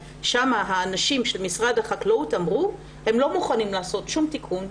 אנשי משרד החקלאות אמרו שהם לא מוכנים לעשות שום תיקון,